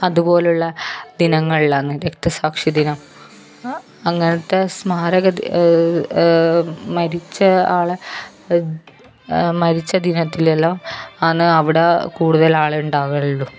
അതുപോലെയുള്ള ദിനങ്ങളിലാണ് രക്തസാക്ഷി ദിനം അങ്ങനത്തെ സ്മാരകം മരിച്ച ആളെ മരിച്ച ദിനത്തിലെല്ലാം ആണ് അവിടെ കൂടുതൽ ആൾ ഉണ്ടാകലുള്ളൂ